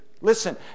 listen